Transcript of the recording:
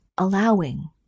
allowing